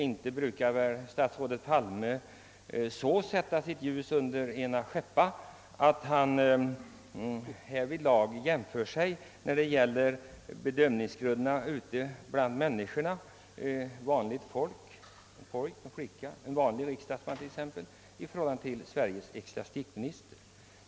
Inte brukar statsrådet i allmänhet sätta sitt ljus under ena skäppa och jämföra sig med vanligt folk, en vanlig pojke, en vanlig flicka eller varför inte en vanlig riksdagsman.